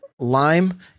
lime